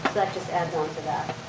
that just adds onto that.